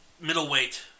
middleweight